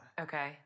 Okay